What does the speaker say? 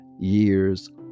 years